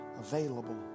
Available